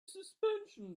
suspension